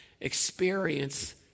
experience